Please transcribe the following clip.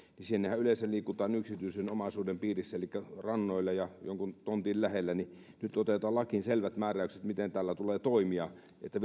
niin siinähän yleensä liikutaan yksityisen omaisuuden piirissä elikkä rannoilla ja jonkun tontin lähellä joten nyt otetaan lakiin selvät määräykset miten täällä tulee toimia jotta